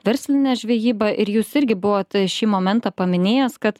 verslinė žvejyba ir jūs irgi buvot šį momentą paminėjęs kad